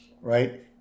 right